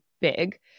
big